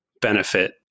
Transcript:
benefit